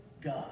God